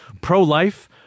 pro-life